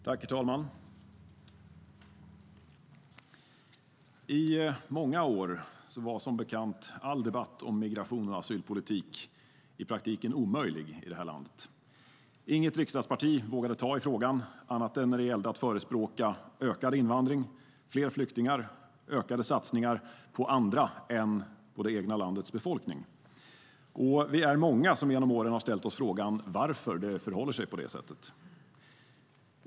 Herr talman! I många år var som bekant all debatt om migration och asylpolitik i praktiken omöjlig i det här landet. Inget riksdagsparti vågade ta i frågan annat än när det gällde att förespråka ökad invandring, fler flyktingar och ökade satsningar på andra än det egna landets befolkning. Vi är många som genom åren har ställt oss frågan varför det förhåller sig på det sättet.